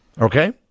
okay